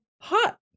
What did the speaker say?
hot